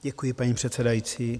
Děkuji, paní předsedající.